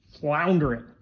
floundering